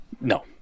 no